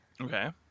Okay